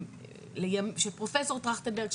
של פרופ' טרכטנברג,